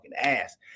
ass